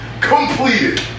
Completed